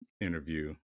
interview